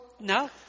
No